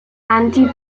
andy